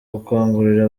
gukangurira